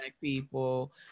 people